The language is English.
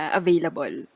available